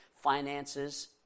finances